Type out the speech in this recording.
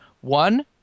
One